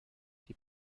die